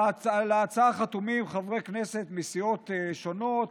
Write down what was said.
על ההצעה חתומים חברי כנסת מסיעות שונות: